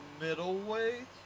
middleweight